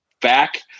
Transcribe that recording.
back